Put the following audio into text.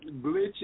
Glitch